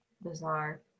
bizarre